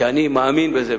כי אני מאמין בזה.